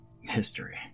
History